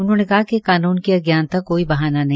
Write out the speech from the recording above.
उन्होंने कहा कि कानून की अज्ञानता कोई बहाना नहीं